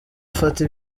afata